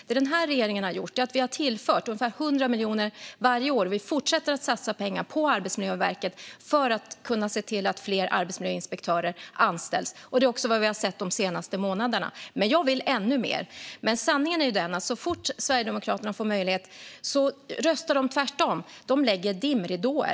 Den här regeringen har tillfört ungefär 100 miljoner varje år, och vi fortsätter att satsa pengar på Arbetsmiljöverket för att se till att fler arbetsmiljöinspektörer anställs. Det har vi också sett de senaste månaderna. Jag vill dock göra ännu mer. Sanningen är dock att så fort Sverigedemokraterna får möjlighet röstar de tvärtom. De lägger dimridåer.